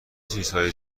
چیزهای